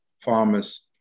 farmers